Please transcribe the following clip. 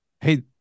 hey